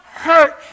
hurt